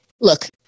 look